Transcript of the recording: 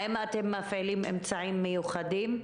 האם אתם מפעילים אמצעים מיוחדים?